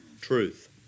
truth